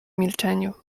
milczeniu